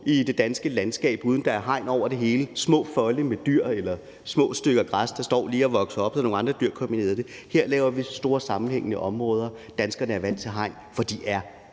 i det danske landskab, uden at der er hegn over det hele, små folde med dyr eller små stykker med græs, der lige står og vokser op, så nogle andre dyr kan komme og æde det. Her laver vi store, sammenhængende områder, og danskerne er vant til hegn, fordi de er